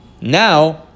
Now